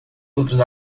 outros